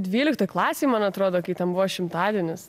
dvylikto klasėj man atrodo kai ten buvo šimtadienis